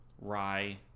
rye